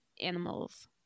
animals